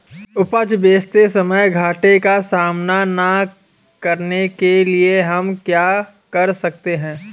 उपज बेचते समय घाटे का सामना न करने के लिए हम क्या कर सकते हैं?